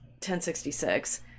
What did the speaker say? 1066